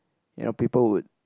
you know people would